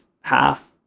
half